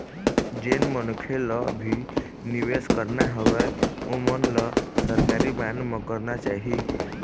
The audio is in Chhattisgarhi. जेन मनखे ल भी निवेस करना हवय ओमन ल सरकारी बांड म करना चाही